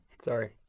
Sorry